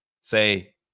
say